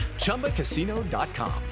Chumbacasino.com